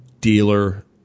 dealer